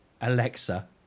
Alexa